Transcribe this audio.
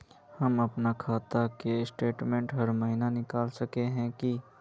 हम अपना खाता के स्टेटमेंट हर महीना निकल सके है की?